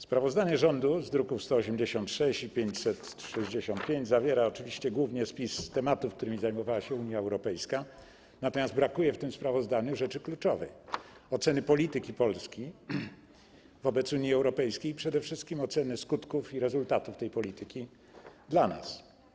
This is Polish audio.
Sprawozdania rządu z druków nr 186 i 565 zawierają oczywiście głównie spis tematów, którymi zajmowała się Unia Europejska, natomiast brakuje w tym sprawozdaniu rzeczy kluczowej: oceny polityki Polski wobec Unii Europejskiej i przede wszystkim oceny skutków i rezultatów tej polityki dla nas.